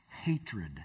hatred